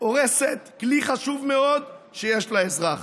הורסת כלי חשוב מאוד שיש לאזרח.